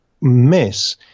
miss